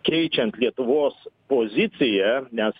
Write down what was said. keičiant lietuvos poziciją nes